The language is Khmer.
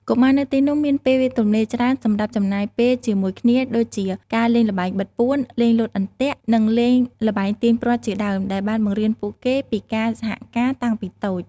កុមារនៅទីនោះមានពេលទំនេរច្រើនសម្រាប់ចំណាយពេលជាមួយគ្នាដូចជាការលេងល្បែងបិទពួន លេងលោតអន្ទាក់ និងលេងល្បែងទាញព្រ័ត្រជាដើម ដែលបានបង្រៀនពួកគេពីការសហការតាំងពីតូច។